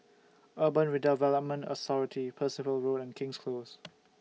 Urban Redevelopment Authority Percival Road and King's Close